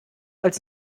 als